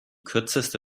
kürzeste